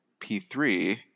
P3